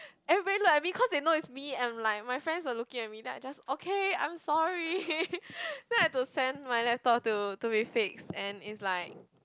everybody look at me cause they know it's me and like my friends were looking at me then I just okay I'm sorry then I had to send my laptop to to be fixed and it's like